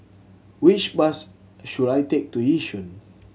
which bus should I take to Yishun